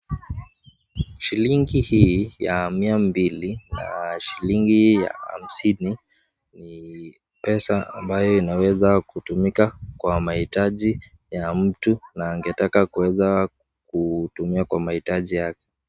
Shilingi hii ya mia mbili, shilingi ya hamsini ni pesa ambayo inaweza kutumika kwa maitaji ya mtu na angetaka kuweza kutumia kwa maitaji yake.